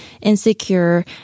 insecure